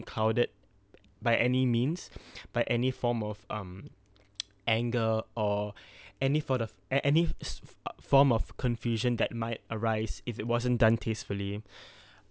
clouded by any means by any form of um anger or any form of any form of confusion that might arise if it wasn't done tastefully